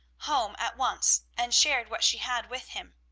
home at once and shared what she had with him.